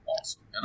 awesome